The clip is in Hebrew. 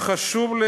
"חשוב לי